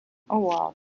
awards